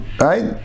right